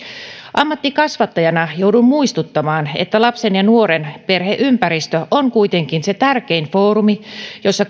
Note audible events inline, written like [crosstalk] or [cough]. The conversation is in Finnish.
ammattikasvattajana joudun muistuttamaan että lapsen ja nuoren perheympäristö on kuitenkin se tärkein foorumi jossa [unintelligible]